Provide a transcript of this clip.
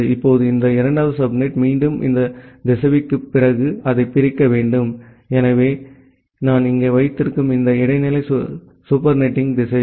இப்போது இந்த இரண்டாவது சப்நெட் மீண்டும் இந்த திசைவிக்குப் பிறகு அதைப் பிரிக்க வேண்டும் எனவே நான் இங்கே வைத்திருக்கும் இந்த இடைநிலை சூப்பர்நெட்டிங் திசைவி